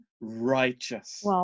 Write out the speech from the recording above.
righteous